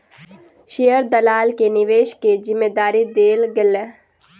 share दलाल के निवेश के जिम्मेदारी देल गेलै